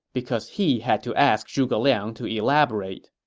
because he had to ask zhuge liang to elaborate